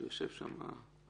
שיושב שם.